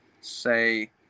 say